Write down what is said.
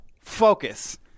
Focus